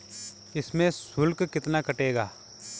इसमें शुल्क कितना कटेगा?